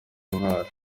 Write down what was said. intwaro